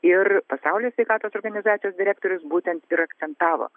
ir pasaulio sveikatos organizacijos direktorius būtent ir akcentavo